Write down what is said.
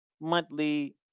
monthly